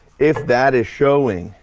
if that is showing,